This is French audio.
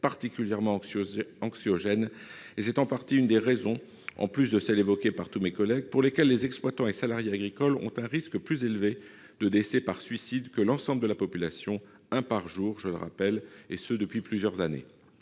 particulièrement anxiogène. C'est en partie une des raisons, en plus de celles qui ont été évoquées par tous mes collègues, pour lesquelles les exploitants et les salariés agricoles ont un risque plus élevé de décès par suicide que l'ensemble de la population- un par jour, je le rappelle, et ce depuis plusieurs années